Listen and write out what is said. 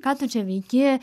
ką tu čia veiki